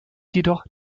jedoch